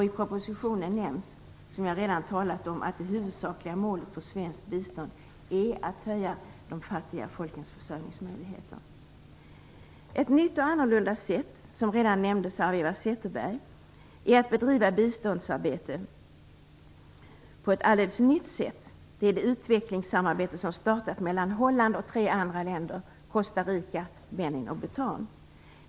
I propositionen nämns, som jag redan talat om, att det huvudsakliga målet för svenskt bistånd är att höja de fattiga folkens försörjningsmöjligheter. Ett nytt och annorlunda sätt, som redan nämndes av Eva Zetterberg, att bedriva biståndsarbete är det samarbete som startats mellan Holland och tre länder, Costa Rica, Benin och Bhutan.